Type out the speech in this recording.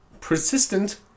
persistent